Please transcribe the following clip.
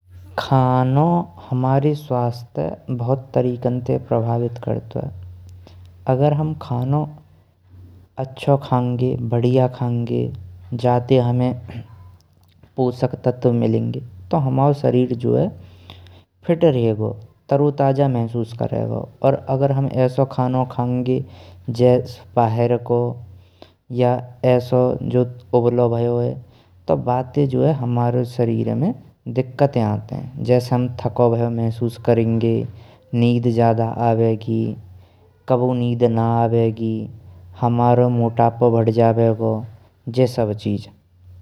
खानो हमारे स्वास्थ्ये बहुत तरीकन ते प्रभावित करटुये, अगर हम खानो अचछो खाएंगे, बढ़िया खाएंगे, जाते हमें पोषक तत्व मिलेंगे तो हमरा शरीर जो है फिट रहगो, तरोताज़ा महसूस करेगो। अगर हम ऐस्सो खानो खाएंगे, जाएस्से बाहिर को या ऐस्सो जो उबालो भायो है तो बातें जो है, हमारे शरीर में दिक्कत आनतेइ। जैस्से हम थाको भायो महसूस करेंगे, नींद ज्यादा आबेगी कभुए नींद न आबेगी, हमारा मोटापा बढ़ जायेगो जे सब्ब।